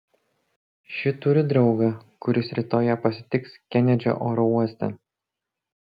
ši turi draugą kuris rytoj ją pasitiks kenedžio oro uoste